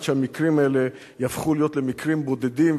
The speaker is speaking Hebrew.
שהמקרים האלה יהפכו להיות מקרים בודדים,